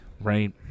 right